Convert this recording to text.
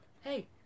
hey